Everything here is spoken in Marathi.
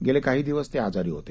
गेले काही दिवस ते आजारी होते